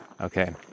Okay